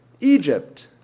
Egypt